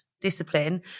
discipline